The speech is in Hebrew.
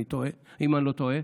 אם אני לא טועה,